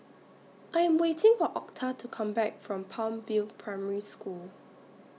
I Am waiting For Octa to Come Back from Palm View Primary School